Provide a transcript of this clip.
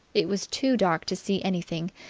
it was too dark to see anything,